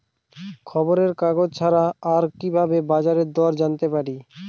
খবরের কাগজ ছাড়া আর কি ভাবে বাজার দর জানতে পারি?